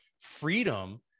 freedom